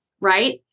right